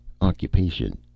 Occupation